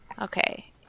Okay